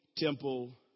temple